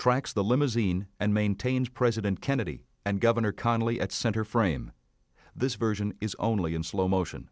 trikes the limousine and maintains president kennedy and governor connally at center frame this version is only in slow motion